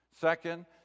Second